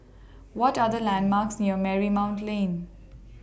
What Are The landmarks near Marymount Lane